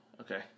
Okay